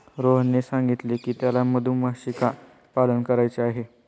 रोहनने सांगितले की त्याला मधुमक्षिका पालन करायचे आहे